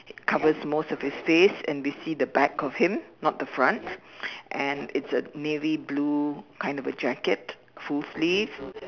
covers most of his face and we see the back of him not the front and it's a navy blue kind of a jacket full sleeves